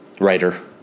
writer